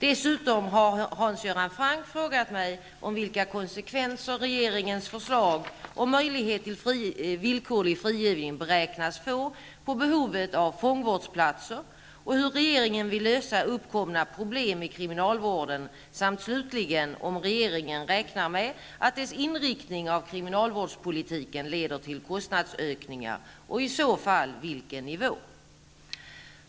Dessutom har Hans Göran Franck frågat mig om vilka konsekvenser regeringens förslag om möjlighet till villkorlig frigivning beräknas få på behovet av fångvårdsplatser och hur regeringen vill lösa uppkomna problem i kriminalvården samt slutligen om regeringen räknar med att dess inriktning av kriminalvårdspolitiken leder till kostnadsökningar och i så fall till vilken nivå.